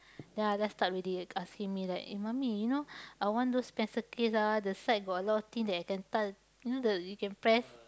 then Alia start already asking me like eh mummy you know I want those pencil case ah the side got a lot of thing that I can touch you know the you can press